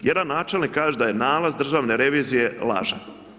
Jedan načelnik kaže, da je nalaz Državne revizije lažan.